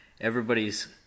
Everybody's